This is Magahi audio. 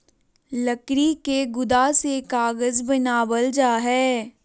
लकड़ी के गुदा से कागज बनावल जा हय